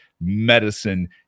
medicine